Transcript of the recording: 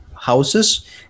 houses